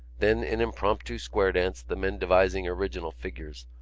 then an impromptu square dance, the men devising original figures.